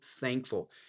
thankful